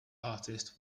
artist